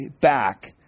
back